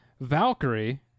Valkyrie